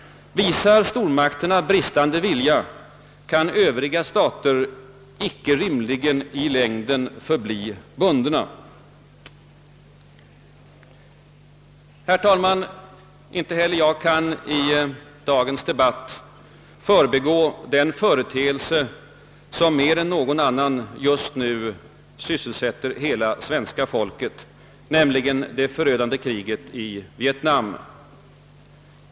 Om stormakterna visar bristande vilja i det avseendet, kan övriga stater inte rimligen i längden förbli bundna. Herr talman! Inte heller jag kan i dagens debatt förbigå en företeelse, som mer än några andra just nu sysselsätter hela svenska folket, nämligen det förödande kriget i Vietnam.